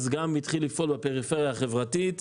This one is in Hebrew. אז גם התחיל לפעול בפריפריה חברתית.